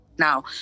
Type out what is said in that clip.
now